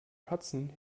katzen